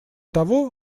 того